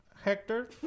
Hector